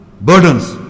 burdens